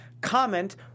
comment